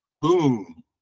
Boom